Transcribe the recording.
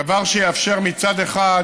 דבר שיאפשר מצד אחד